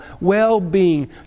well-being